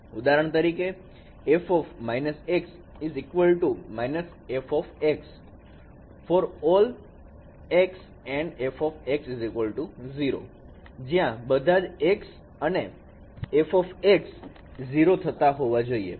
ઉદાહરણ તરીકે f− x equal to − f for all x and f 0 જ્યા બધા x અને f 0 થાતા હોવા જોઈએ